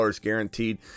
guaranteed